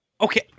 Okay